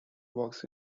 works